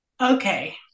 Okay